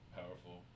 powerful